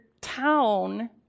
town